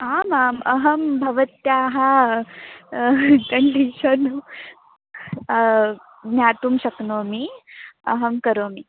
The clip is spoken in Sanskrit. आमाम् अहं भवत्याः कण्डिषन् ज्ञातुं शक्नोमि अहं करोमि